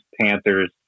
Panthers